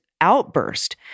outburst